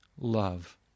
love